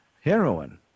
heroin